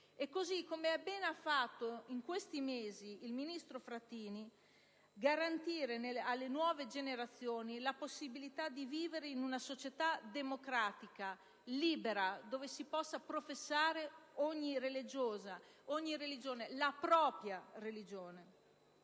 - come bene ha fatto in questi mesi il ministro Frattini - per garantire alle nuove generazioni la possibilità di vivere in una società democratica, libera, dove si possa professare ogni religione, la propria religione,